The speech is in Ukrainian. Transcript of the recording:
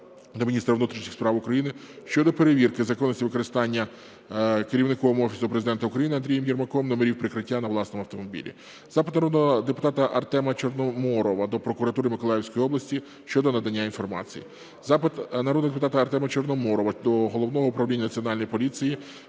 до міністра внутрішніх справ України щодо перевірки законності використання Керівником Офісу Президента України Андрієм Єрмаком номерів прикриття на власному автомобілі. Запит народного депутата Артема Чорноморова до прокуратури Миколаївської області щодо надання інформації. Запит народного депутата Артема Чорноморова до Головного управління Національної поліції